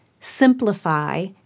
Simplify